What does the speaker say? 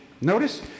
Notice